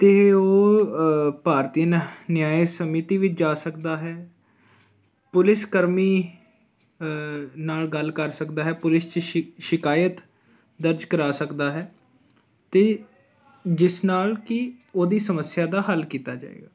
ਅਤੇ ਉਹ ਭਾਰਤੀ ਨ ਨਿਆਏ ਸਮਿਤੀ ਵਿੱਚ ਜਾ ਸਕਦਾ ਹੈ ਪੁਲਿਸ ਕਰਮੀ ਨਾਲ ਗੱਲ ਕਰ ਸਕਦਾ ਹੈ ਪੁਲਿਸ 'ਚ ਸ਼ਿ ਸ਼ਿਕਾਇਤ ਦਰਜ ਕਰਵਾ ਸਕਦਾ ਹੈ ਅਤੇ ਜਿਸ ਨਾਲ ਕਿ ਉਹਦੀ ਸਮੱਸਿਆ ਦਾ ਹੱਲ ਕੀਤਾ ਜਾਵੇ